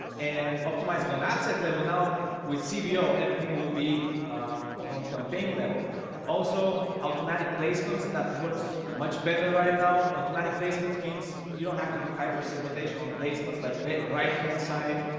and optimizing on app set level now with cbo. everything will be on campaign level also automatic placements that works much better right now automatic placements means you don't have to do hyper segmentation on placements like right right hand side